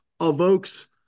evokes